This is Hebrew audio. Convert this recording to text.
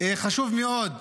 חשוב מאוד,